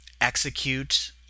execute